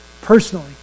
personally